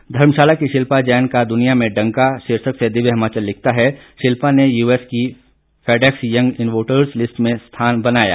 ं धर्मशाला की शिल्पा जैन का दुनिया में डंका शीर्षक से दिव्य हिमाचल लिखता है शिल्पा ने यूएस की फैडैक्स यंग इनोवेटर्ज लिस्ट में स्थान बनाया